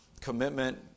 commitment